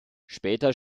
später